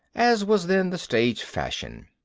as was then the stage fashion.